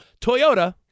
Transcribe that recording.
Toyota